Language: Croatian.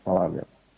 Hvala vam lijepo.